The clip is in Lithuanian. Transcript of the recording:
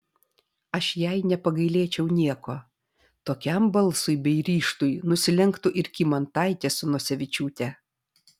aš jai nepagailėčiau nieko tokiam balsui bei ryžtui nusilenktų ir kymantaitė su nosevičiūte